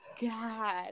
God